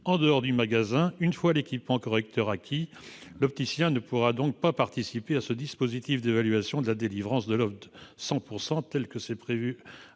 en dehors du magasin, une fois l'équipement correcteur acquis. L'opticien ne pourra ainsi pas participer à ce dispositif d'évaluation de la délivrance de l'offre « 100 % santé », tel qu'il est prévu à l'alinéa